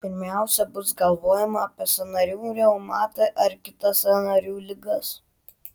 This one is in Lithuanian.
pirmiausia bus galvojama apie sąnarių reumatą ar kitas sąnarių ligas